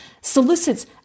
solicits